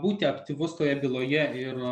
būti aktyvus toje byloje ir